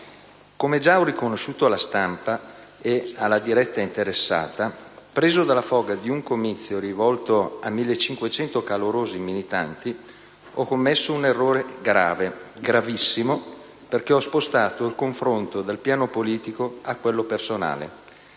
Come già ho riconosciuto alla stampa e alla diretta interessata, preso dalla foga di un comizio rivolto a 1.500 calorosi militanti, ho commesso un errore grave, gravissimo, perché ho spostato il confronto dal piano politico a quello personale.